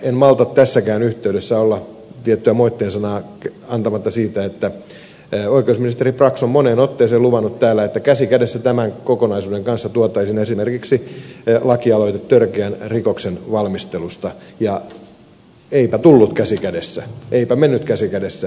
en malta tässäkään yhteydessä olla tiettyä moitteen sanaa antamatta siitä että oikeusministeri brax on moneen otteeseen luvannut täällä että käsi kädessä tämän kokonaisuuden kanssa tuotaisiin esimerkiksi lakialoite törkeän rikoksen valmistelusta ja eipä tullut käsi kädessä eipä mennyt käsi kädessä